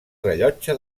rellotge